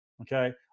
okay